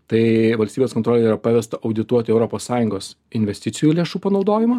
tai valstybės kontrolei yra pavesta audituoti europos sąjungos investicijų lėšų panaudojimą